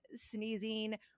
sneezing